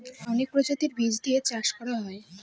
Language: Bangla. অনেক প্রজাতির বীজ দিয়ে চাষ করা হয়